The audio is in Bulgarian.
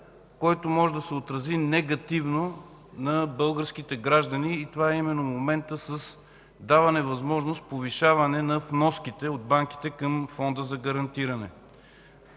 който може да се отрази негативно на българските граждани, и това е именно моментът с даване възможност за повишаване на вноските от банките към Фонда за гарантиране.